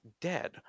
dead